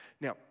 Now